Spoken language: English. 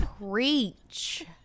Preach